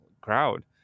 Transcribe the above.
crowd